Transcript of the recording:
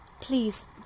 Please